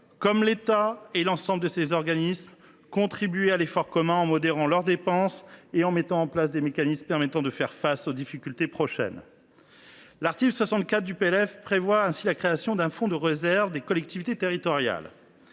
que l’État et l’ensemble de ses organismes, en modérant leurs dépenses et en mettant en place des mécanismes permettant de faire face aux difficultés prochaines. L’article 64 du PLF prévoit ainsi la création d’un fonds de réserve au profit des collectivités territoriales.